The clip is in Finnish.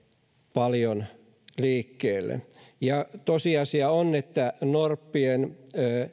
paljon liikkeelle tosiasia on että kun